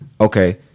Okay